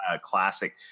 classic